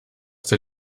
der